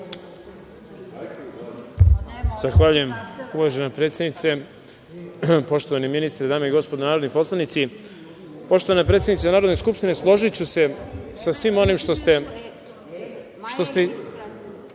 Zahvaljujem, uvažena predsednice. Poštovani ministre, dame i gospodo narodni poslanici, poštovana predsednice Narodne skupštine, složiću se sa svim onim što ste